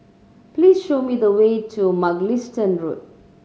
please show me the way to Mugliston Road